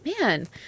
man